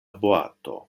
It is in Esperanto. boato